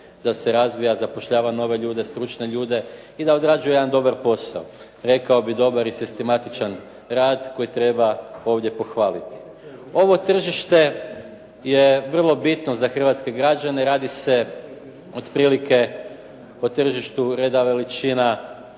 da se razvija, zapošljava nove ljude, stručne ljude i da odrađuje jedan dobar posao, rekao bih dobar i sistematičan rad koji treba ovdje pohvaliti. Ovo tržište je vrlo bitno za hrvatske građane, radi se otprilike o tržištu reda veličina